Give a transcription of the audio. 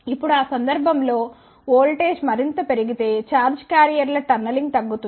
ఇప్పుడు ఆ సందర్భం లో వోల్టేజ్ మరింత పెరిగి తే ఛార్జ్ క్యారియర్ల టన్నెలింగ్ తగ్గుతుంది